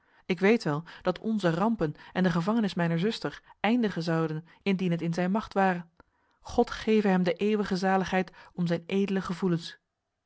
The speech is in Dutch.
ik weet wel dat onze rampen en de gevangenis mijner zuster eindigen zouden indien het in zijn macht ware god geve hem de eeuwige zaligheid om zijn edele gevoelens